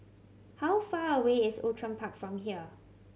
how far away is Outram Park from here